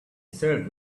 served